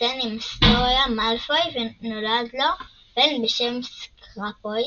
התחתן עם אסטוריה מאלפוי ונולד לו בן בשם סקורפיו,